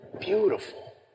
Beautiful